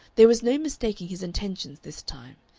there was no mistaking his intentions this time.